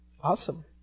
awesome